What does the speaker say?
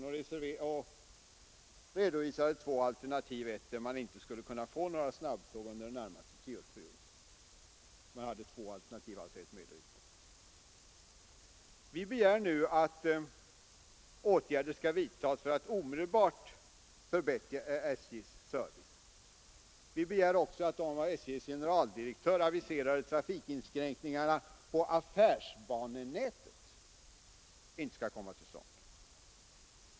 Man redovisade två alternativ — ett enligt vilket man inte skulle kunna få några snabbtåg under den närmaste tioårsperioden. Vi begär nu att åtgärder skall vidtagas för att omedelbart förbättra SJ:s service. Vi begär också att de av SJ:s generaldirektör aviserade trafikinskränkningarna på affärsbanenätet inte skall komma till stånd.